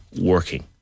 working